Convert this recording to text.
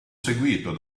seguito